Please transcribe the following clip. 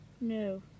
No